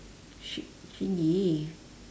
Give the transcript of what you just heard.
she she